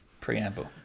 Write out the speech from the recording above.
preamble